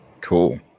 cool